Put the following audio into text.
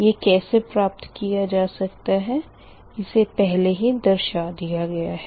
यह कैसे प्राप्त किया जा सकता है इसे पहले ही दर्शा दिया गया है